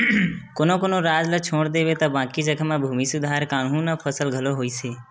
कोनो कोनो राज ल छोड़ देबे त बाकी जघा म भूमि सुधार कान्हून ह सफल घलो होइस हे